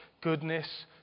goodness